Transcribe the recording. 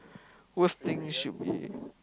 worst thing should be